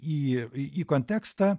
į į kontekstą